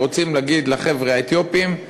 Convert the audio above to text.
שרוצים להגיד לחבר'ה האתיופים: